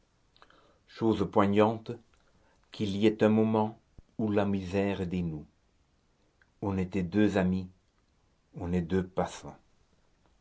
chose poignante qu'il y ait un moment où la misère dénoue on était deux amis on est deux passants